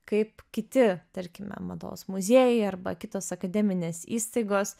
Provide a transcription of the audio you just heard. kaip kiti tarkime mados muziejai arba kitos akademinės įstaigos